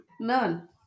None